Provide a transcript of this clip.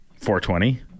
420